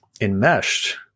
enmeshed